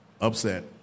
Upset